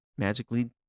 Magically